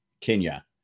Kenya